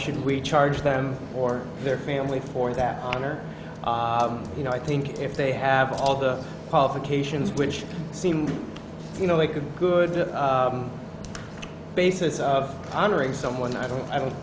should we charge them or their family for that honor you know i think if they have all the qualifications which seemed you know like a good basis of honoring someone i don't i don't